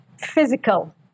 physical